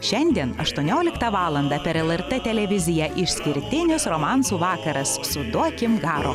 šiandien aštuonioliktą valandą per lrt televiziją išskirtinis romansų vakaras su duokim garo